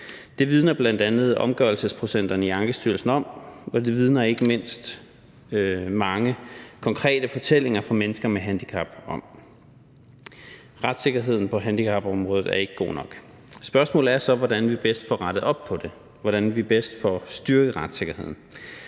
Det vidner bl.a. omgørelsesprocenterne i Ankestyrelsen om, og det vidner ikke mindst mange konkrete fortællinger fra mennesker med handicap om. Retssikkerheden på handicapområdet er ikke god nok. Spørgsmålet er så, hvordan vi bedst får rettet op på det, hvordan vi bedst får styrket retssikkerheden.